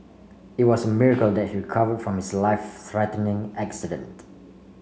it was a miracle that he recovered from his life threatening accident